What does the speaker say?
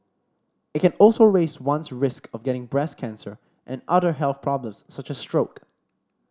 it can also raise one's risk of getting breast cancer and other health problems such as stroke